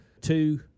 two